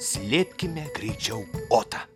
slėpkime greičiau otą